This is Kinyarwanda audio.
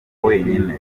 wenyine